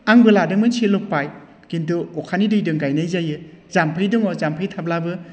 आंबो लादोंमोन सिल' पाइप खिन्थु अखानि दैदों गायनाय जायो जाम्फै दङ जाम्फै थाब्लाबो